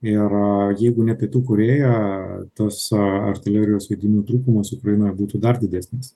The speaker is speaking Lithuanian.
ir jeigu ne pietų korėja tas artilerijos sviedinių trūkumas ukrainoje būtų dar didesnis